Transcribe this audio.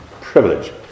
privilege